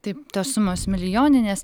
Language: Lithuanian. taip tos sumos milijoninės